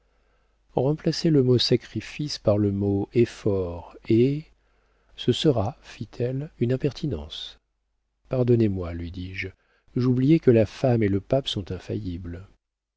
remplacez le mot sacrifice par le mot efforts et ce sera fit-elle une impertinence pardonnez-moi lui dis-je j'oubliais que la femme et le pape sont infaillibles